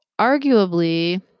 arguably